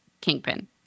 Kingpin